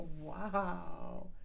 Wow